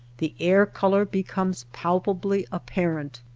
the air-color becomes palpably apparent.